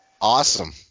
awesome